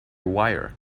wire